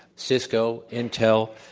cisco, intel,